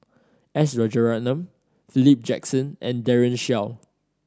S Rajaratnam Philip Jackson and Daren Shiau